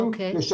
אני חושבת